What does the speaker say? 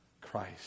Christ